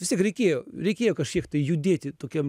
vis tiek reikėjo reikėjo kažkiek tai judėti tokiam